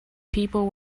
people